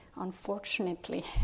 unfortunately